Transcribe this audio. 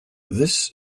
this